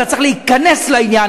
אתה צריך להיכנס לעניין,